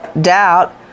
doubt